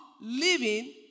living